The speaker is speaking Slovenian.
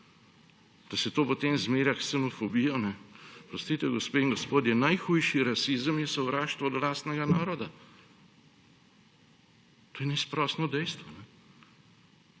Da se to potem zmerja s ksenofobijo, oprostite, gospe in gospodje, najhujši rasizem je sovraštvo do lastnega naroda. To je neizprosno dejstvo.